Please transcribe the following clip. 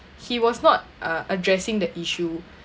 he was not uh addressing the issue